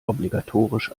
obligatorisch